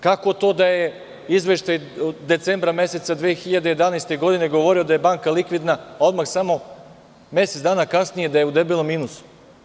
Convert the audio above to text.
Kako to da je izveštaj iz decembra 2011. godine govorio da je banka likvidna, a onda samo mesec dana kasnije da je u debelom minusu?